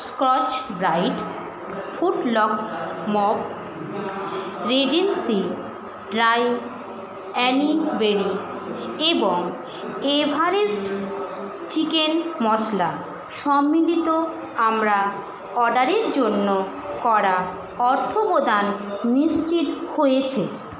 Scotch Brite footlock mop Regency dry cranberry এবং Everest chicken masala সম্বলিত আমরা অর্ডারের জন্য করা অর্থপ্রদান নিশ্চিত হয়েছে